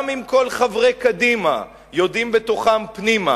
גם אם כל חברי קדימה יודעים בתוכם פנימה